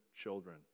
children